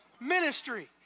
ministry